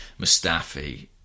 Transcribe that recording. Mustafi